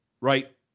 right